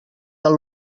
del